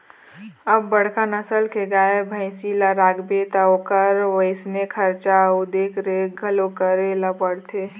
अब बड़का नसल के गाय, भइसी ल राखबे त ओखर वइसने खरचा अउ देखरेख घलोक करे ल परथे